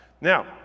Now